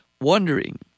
wondering